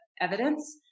evidence